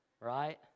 Right